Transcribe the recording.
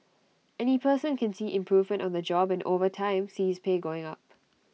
any person can see improvement on the job and over time see his pay going up